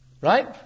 Right